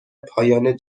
پایان